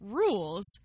rules